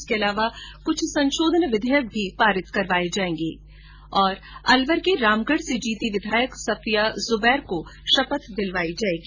इसके अलावा कुछ संशोधन विर्धयक भी पारित करवाये जायेंगे और अलवर के रामगढ से जीती विधायक सफिया ज्बैद को शपथ दिलाई जायेगी